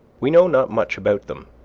we know not much about them.